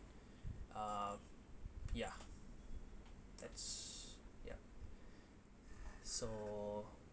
uh ya that's ya so